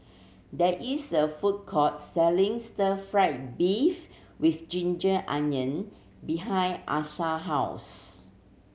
there is a food court selling Stir Fry beef with ginger onion behind Asher house